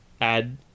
add